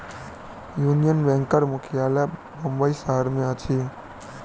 union बैंकक मुख्यालय मुंबई शहर में अछि